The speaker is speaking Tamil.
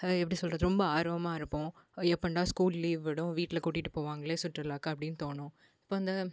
எப்படி சொல்கிறது ரொம்ப ஆர்வமாக இருப்போம் எப்போன்டா ஸ்கூல் லீவ் விடும் வீட்டில் கூட்டிட்டு போவாங்களே சுற்றுலாக்கு அப்படினு தோணும் இப்போ அந்த